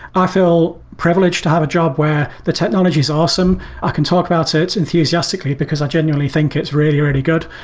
i feel privileged to have a job where the technology is awesome. i can talk about so it enthusiastically because i genuinely think it's really, really good,